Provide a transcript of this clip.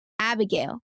Abigail